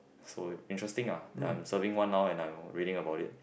so interesting lah that I'm serving one now and I reading about it